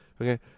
Okay